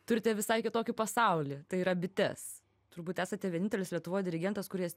turite visai kitokį pasaulį tai yra bites turbūt esate vienintelis lietuvoj dirigentas kuris